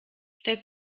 der